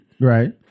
Right